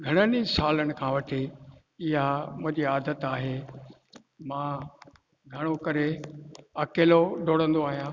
घणनि ई सालनि खां वठी इहा मुंहिंजी आदत आहे मां घणो करे अकेलो ॾोड़ंदो आहियां